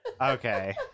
Okay